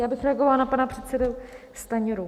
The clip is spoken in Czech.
Já bych reagovala na pana předsedu Stanjuru.